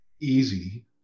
easy